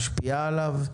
משפיעה עליו,